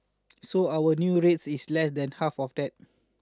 so our new rate is less than half of that